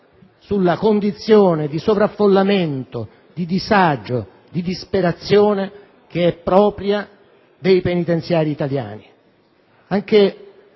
sulla condizione di sovraffollamento, di disagio, di disperazione che è propria dei penitenziari italiani.